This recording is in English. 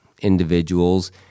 individuals